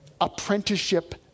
apprenticeship